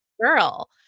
girl